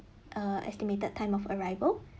err estimated time of arrival